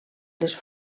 les